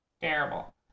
terrible